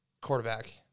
quarterback